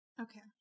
Okay